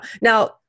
Now